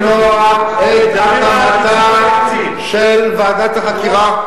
למנוע את הקמתה של ועדת החקירה.